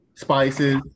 Spices